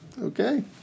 Okay